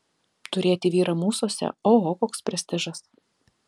turėti vyrą mūsuose oho koks prestižas